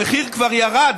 המחיר כבר ירד,